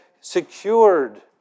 secured